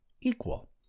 Equal